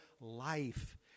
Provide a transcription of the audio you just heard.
life